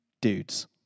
dudes